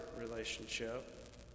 relationship